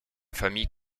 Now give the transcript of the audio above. famille